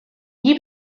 gli